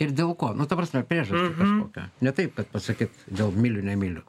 ir dėl ko nu ta prasme priežastį kažkokią ne taip ka pasakyt vėl myliu nemyliu